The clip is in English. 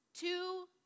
Two